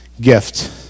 gift